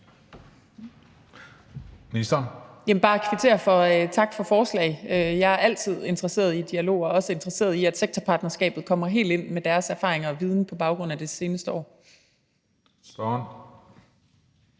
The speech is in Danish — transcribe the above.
kvittere for og sige tak for forslaget. Jeg er altid interesseret i dialog og også interesseret i, at sektorpartnerskabet kommer helt ind med deres erfaringer og viden på baggrund af det seneste år.